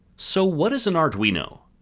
so what is an arduino?